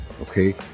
okay